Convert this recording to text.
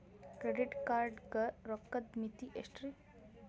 Credit card ಗ ರೋಕ್ಕದ್ ಮಿತಿ ಎಷ್ಟ್ರಿ?